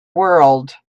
world